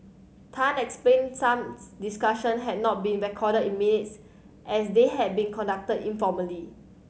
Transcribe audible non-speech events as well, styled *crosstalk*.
Tan explained some *unintelligible* discussion had not been recorded in minutes as they had been conducted informally